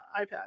iPad